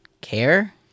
care